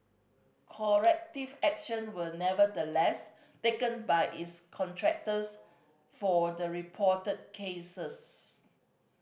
corrective action were nevertheless taken by its contractors for the reported cases